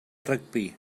rygbi